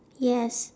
yes